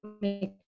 make